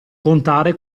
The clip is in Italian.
contare